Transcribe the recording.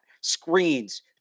Screens